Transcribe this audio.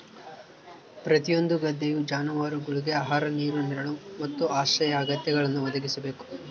ಪ್ರತಿಯೊಂದು ಗದ್ದೆಯು ಜಾನುವಾರುಗುಳ್ಗೆ ಆಹಾರ ನೀರು ನೆರಳು ಮತ್ತು ಆಶ್ರಯ ಅಗತ್ಯಗಳನ್ನು ಒದಗಿಸಬೇಕು